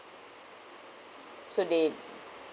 so they